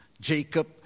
Jacob